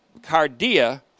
cardia